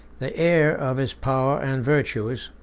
the heir of his power and virtues,